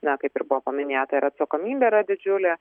na kaip ir buvo paminėta ir atsakomybė yra didžiulė